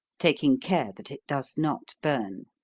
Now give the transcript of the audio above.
taking care that it does not burn.